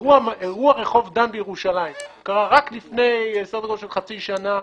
אירוע רחוב דן בירושלים קרה רק לפני כחצי שנה,